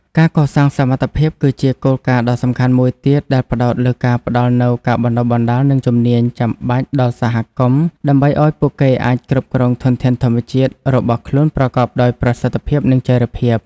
ការកសាងសមត្ថភាព គឺជាគោលការណ៍ដ៏សំខាន់មួយទៀតដែលផ្ដោតលើការផ្ដល់នូវ ការបណ្ដុះបណ្ដាល និងជំនាញ ចាំបាច់ដល់សហគមន៍ ដើម្បីឱ្យពួកគេអាចគ្រប់គ្រងធនធានធម្មជាតិរបស់ខ្លួនប្រកបដោយប្រសិទ្ធភាព និងចីរភាព។